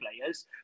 players